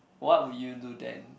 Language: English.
what would you do then